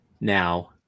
Now